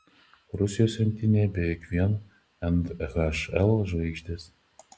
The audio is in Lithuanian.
rusijos rinktinėje beveik vien nhl žvaigždės